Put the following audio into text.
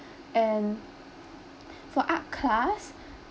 and for art class